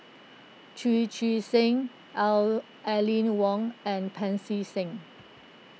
Chu Chee Seng O Aline Wong and Pancy Seng